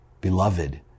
Beloved